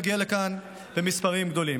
שיוכלו להגיע לכאן במספרים גדולים.